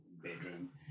bedroom